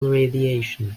radiation